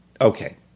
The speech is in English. Okay